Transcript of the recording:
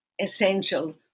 essential